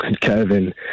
Kevin